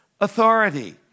authority